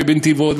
ובנתיבות,